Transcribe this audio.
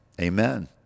Amen